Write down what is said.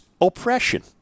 oppression